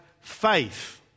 faith